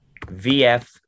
VF